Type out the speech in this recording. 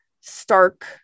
stark